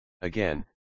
Again